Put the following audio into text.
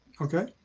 Okay